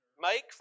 make